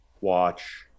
watch